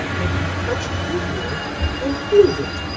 and he touched the ear and healed it.